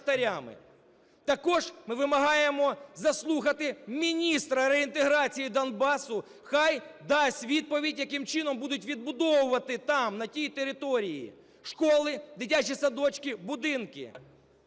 Також ми вимагаємо заслухати міністра реінтеграції Донбасу, хай дасть відповідь, яким чином будуть відбудовувати там, на тій території школи, дитячі садочки, будинки.